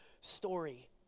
story